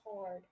hard